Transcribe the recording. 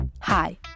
hi